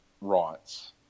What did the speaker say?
rights